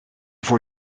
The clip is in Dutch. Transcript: voor